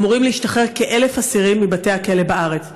אמורים להשתחרר כ-1,000 אסירים מבתי הכלא בארץ.